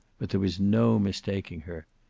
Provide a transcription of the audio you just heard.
but there was no mistaking her.